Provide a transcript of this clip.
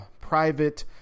private